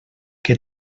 que